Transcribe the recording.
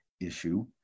issue